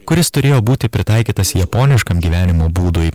kuris turėjo būti pritaikytas japoniškam gyvenimo būdui